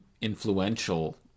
influential